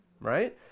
right